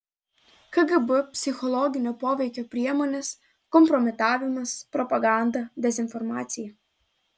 kgb psichologinio poveikio priemonės kompromitavimas propaganda dezinformacija